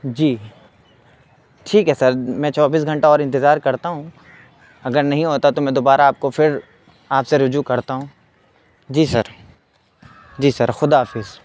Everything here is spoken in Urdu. جی ٹھیک ہے سر میں چوبیس گھنٹہ اور انتظار کرتا ہوں اگر نہیں ہوتا تو میں دوبارہ آپ کو پھر آپ سے رجوع کرتا ہوں جی سر جی سر خدا حافظ